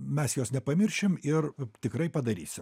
mes jos nepamiršim ir tikrai padarysim